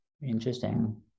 Interesting